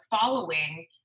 following